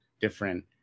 different